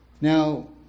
Now